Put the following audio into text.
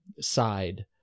side